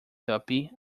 tuppy